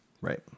Right